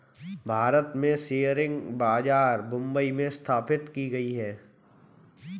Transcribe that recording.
भारत में शेयर बाजार मुम्बई में स्थापित की गयी है